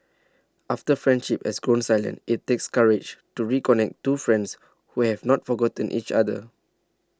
after friendship has grown silent it takes courage to reconnect two friends who have not forgotten each other